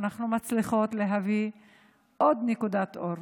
אנחנו מצליחות להביא עוד נקודת אור.